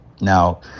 now